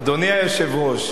אדוני היושב-ראש,